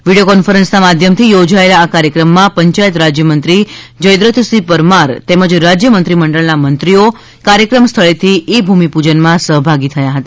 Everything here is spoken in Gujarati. વિડિયો કોન્ફરન્સના માધ્યમથી યોજાયેલા આ કાર્યક્રમમાં પંચાયત રાજ્યમંત્રી જયદ્રથસિંહ પરમાર તેમજ રાજ્ય મંત્રીમંડળના મંત્રીઓ કાર્યક્રમ સ્થળેથી ઇ ભૂમિપૂજનમાં સહભાગી થયા હતા